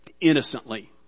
innocently